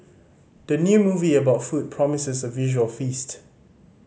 the new movie about food promises a visual feast